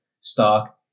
stock